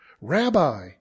Rabbi